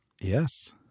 Yes